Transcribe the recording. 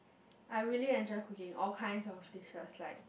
I really enjoy cooking all kinds of dishes like